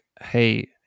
Hey